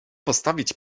postawić